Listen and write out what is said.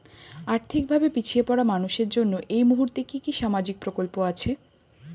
আর্থিক ভাবে পিছিয়ে পড়া মানুষের জন্য এই মুহূর্তে কি কি সামাজিক প্রকল্প আছে?